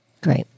Great